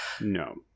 no